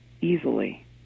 easily